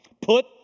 put